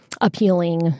appealing